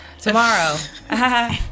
tomorrow